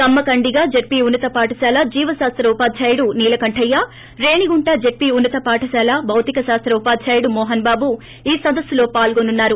కమ్మ కండిగ జడ్చీ ఉన్న త పాఠశాల జీవశాస్త ఉవాధ్యుడు నీలకంఠయ్య రేణిగుంట జడ్సీ ఉన్న త పాఠశాల భౌతికశాస్త ఉపాధ్యాయుడు మోహన్బాబు ఈ సదస్సులో పాల్గోసనున్నారు